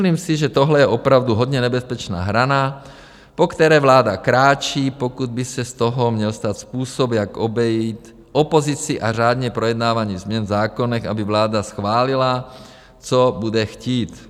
Myslím si, že tohle je opravdu hodně nebezpečná hrana, po které vláda kráčí, pokud by se z toho měl stát způsob, jak obejít opozicí a řádně projednávaných změn v zákonech, aby vláda schválila, co bude chtít.